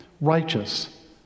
righteous